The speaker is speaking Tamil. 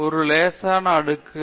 ஒரு லேசான அடுக்குகள்